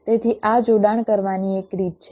તેથી આ જોડાણ કરવાની એક રીત છે